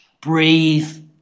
breathe